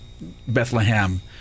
Bethlehem